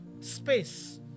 space